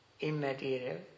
immaterial